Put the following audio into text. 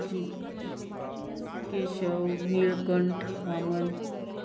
Keshav Nilkanth Vaman